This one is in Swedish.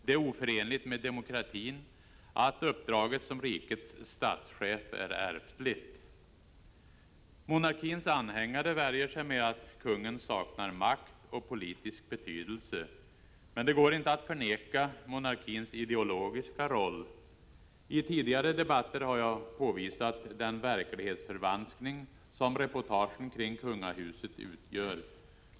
Det är oförenligt med demokratin att uppdraget som rikets statschef är ärftligt. Monarkins anhängare värjer sig med att kungen saknar makt och politisk betydelse. Men det går inte att förneka monarkins ideologiska roll. I tidigare debatter har jag påvisat den verklighetsförvanskning som reportagen kring kungahuset utgör.